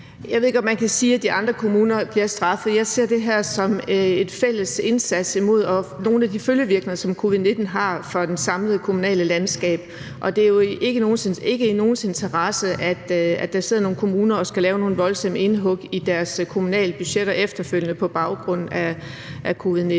Jeg ved ikke, om man kan sige, at de andre kommuner bliver straffet. Jeg ser det her som en fælles indsats imod nogle af de følgevirkninger, som covid-19 har for det samlede kommunale landskab. Og det er jo ikke i nogens interesse, at der sidder nogle kommuner og skal lave nogle voldsomme indhug i deres kommunale budgetter efterfølgende på baggrund af covid-19.